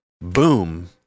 boom